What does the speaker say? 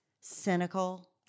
cynical